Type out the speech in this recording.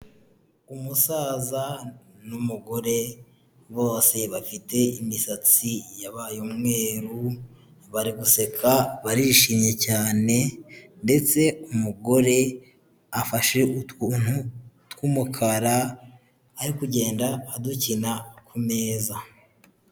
Umusaza n'umugore bose bafite imisatsi yabaye umweru, bari guseka barishimye cyane ndetse umugore afashe utuntu tw'umukara ari kugenda adukina kumeza.